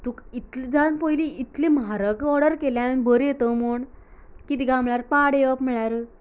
तुका इतले जावन इतलें म्हारग ऑर्डर केल्ली हांवेन बरी येतो म्हूण कितें गा म्हळ्यार पाड येवप म्हळ्यार